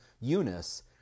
Eunice